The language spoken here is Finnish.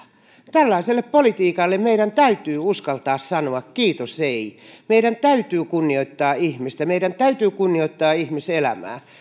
tällaiselle politiikalle meidän täytyy uskaltaa sanoa kiitos ei meidän täytyy kunnioittaa ihmistä meidän täytyy kunnioittaa ihmiselämää